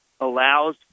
allows